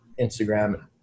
Instagram